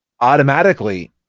automatically